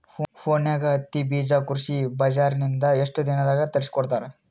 ಫೋನ್ಯಾಗ ಹತ್ತಿ ಬೀಜಾ ಕೃಷಿ ಬಜಾರ ನಿಂದ ಎಷ್ಟ ದಿನದಾಗ ತರಸಿಕೋಡತಾರ?